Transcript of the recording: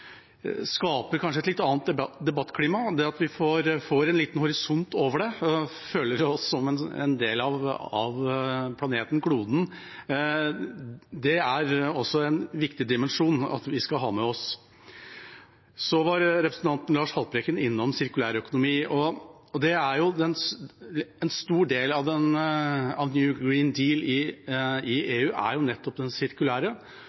skaper kanskje et litt annet debattklima at vi får en liten horisont over det og føler oss som en del av planeten, kloden. Det er også en viktig dimensjon vi skal ha med oss. Representanten Lars Haltbrekken var innom sirkulærøkonomi. En stor del av European Green Deal i EU er nettopp det sirkulære. Det er også motivert ut fra at vi på vårt kontinent her i